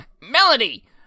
Melody